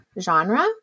genre